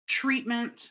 treatment